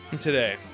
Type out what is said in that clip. today